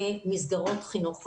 למסגרות חינוך רגילות.